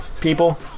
People